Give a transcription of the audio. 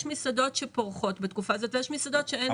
אז יש מסעדות שפורחות בתקופה הזאת ומסעדות שאין בהן נפש חיה.